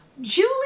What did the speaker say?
Julie